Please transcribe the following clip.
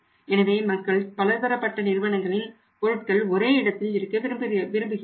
எனவே மக்கள் பலதரப்பட்ட நிறுவனங்களின் பொருட்கள் ஒரே இடத்தில் இருக்க விரும்புகிறார்கள்